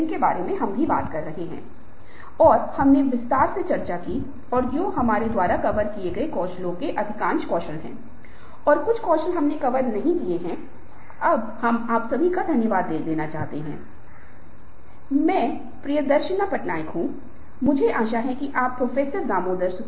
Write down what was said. दूसरों के साथ व्यायाम करें ताकि आप दूसरों से यह संकेत प्राप्त कर सकें कि दूसरे कैसे प्रदर्शन कर रहे हैं और वे कितना अच्छा प्रदर्शन कर रहे हैं अन्य लोगों के प्रदर्शन आपके लिए प्रेरक होंगे